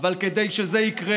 אבל כדי שזה יקרה,